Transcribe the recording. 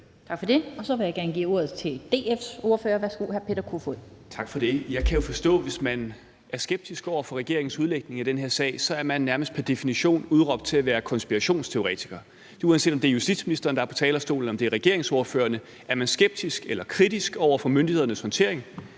Tak for det. Og så vil jeg gerne give ordet til DF's ordfører. Værsgo, hr. Peter Kofod. Kl. 14:52 Peter Kofod (DF): Tak for det. Jeg kan jo forstå, at hvis man er skeptisk over for regeringens udlægning af den her sag, så er man nærmest pr. definition udråbt til at være konspirationsteoretiker, og det er, uanset om det er justitsministeren, der er på talerstolen, eller om det er regeringsordførerne. Er man skeptisk eller kritisk over for myndighedernes håndtering,